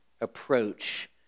approach